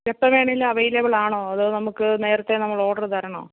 എപ്പം വേണേലും അവൈലബിളാണോ അതോ നമുക്ക് നേരത്തേ നമ്മളോഡറ് തരണോ